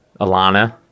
Alana